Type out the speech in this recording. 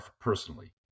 personally